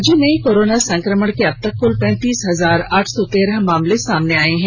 राज्य में कोरोना संक्रमण के अबतक कल पैंतीस हजार आठ सौ तेरह मामले सामने आ चुके हैं